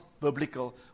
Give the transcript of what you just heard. biblical